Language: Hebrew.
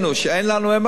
שאין לנו MRI,